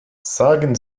sagen